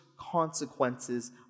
consequences